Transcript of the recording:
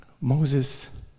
Moses